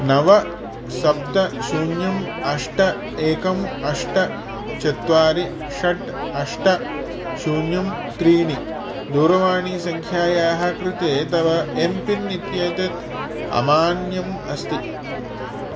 नव सप्त शून्यम् अष्ट एकम् अष्ट चत्वारि षट् अष्ट शून्यं त्रीणि दूरवाणीसङ्ख्यायाः कृते तव एम्पिन् इत्येतत् अमान्यम् अस्ति